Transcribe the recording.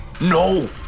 No